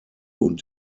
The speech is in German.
und